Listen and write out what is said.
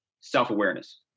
self-awareness